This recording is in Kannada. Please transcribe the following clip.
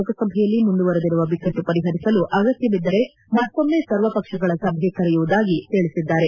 ಲೋಕಸಭೆಯಲ್ಲಿ ಮುಂದುವರೆದಿರುವ ಬಿಕ್ಕಟ್ಟು ಪರಿಹರಿಸಲು ಅಗತ್ತಬಿದ್ದರೆ ಮತ್ತೊಮ್ನೆ ಸರ್ವಪಕ್ಷಗಳ ಸಭೆ ಕರೆಯುವುದಾಗಿ ತಿಳಿಸಿದ್ದಾರೆ